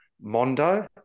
Mondo